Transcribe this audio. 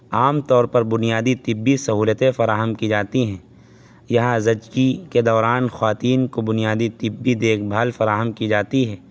عام طور پر بنیادی طبی سہولتیں فراہم کی جاتی ہیں یہاں زچگی کے دوران خواتین کو بنیادی طبی دیکھ بھال فراہم کی جاتی ہے